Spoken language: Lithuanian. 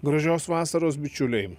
gražios vasaros bičiuliai